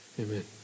Amen